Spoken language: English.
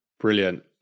Brilliant